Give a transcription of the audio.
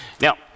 Now